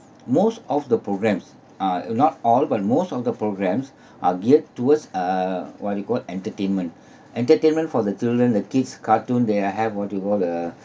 most of the programmes are not all but most of the programmes are geared towards err what we called entertainment entertainment for the children the kids cartoon they are have what you call the